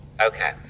Okay